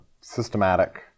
systematic